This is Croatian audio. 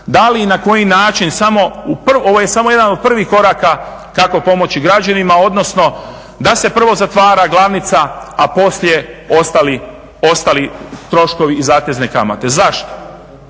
Da li i na koji način samo, ovo je samo jedan od prvih koraka kako pomoći građanima, odnosno da se prvo zatvara glavnica, a poslije ostali troškovi i zatezne kamate. Zašto,